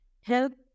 help